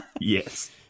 Yes